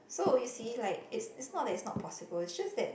so you see like it's it's not that is not possible it just that